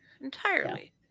Entirely